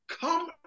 Come